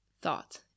thought